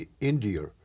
India